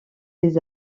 des